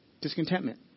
Discontentment